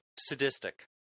sadistic